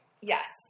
yes